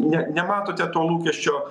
ne nematote to lūkesčio